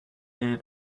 aired